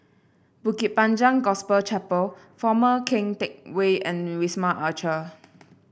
Bukit Panjang Gospel Chapel Former Keng Teck Whay and Wisma Atria